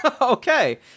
Okay